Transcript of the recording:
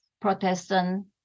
protestant